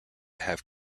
have